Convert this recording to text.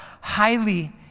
highly